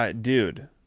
Dude